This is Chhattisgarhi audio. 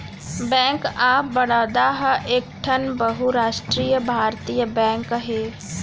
बेंक ऑफ बड़ौदा ह एकठन बहुरास्टीय भारतीय बेंक हे